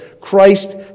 Christ